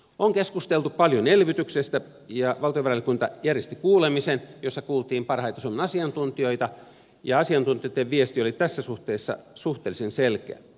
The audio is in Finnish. on keskusteltu paljon elvytyksestä ja valtiovarainvaliokunta järjesti kuulemisen jossa kuultiin suomen parhaita asiantuntijoita ja asiantuntijoitten viesti oli tässä suhteessa suhteellisen selkeä